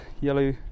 yellow